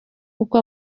kuko